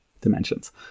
dimensions